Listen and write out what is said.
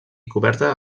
coberta